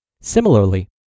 Similarly